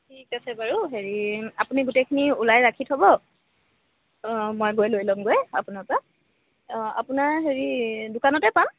ঠিক আছে বাৰু হেৰি আপুনি গোটেইখিনি ওলাই ৰাখি থ'ব মই গৈ লৈ ল'মগৈ আপোনাৰ পৰা আপোনাৰ হেৰি দোকানতে পাম